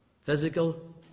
physical